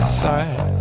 side